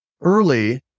early